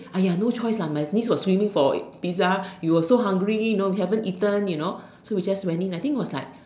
!aiya! no choice lah my niece was swimming for pizza she was so hungry you know we haven't eaten you know so we just went in I think was like